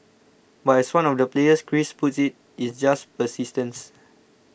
but as one of the players Chris puts it It's just persistence